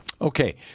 Okay